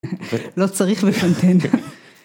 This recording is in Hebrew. לא צריך בפנתן.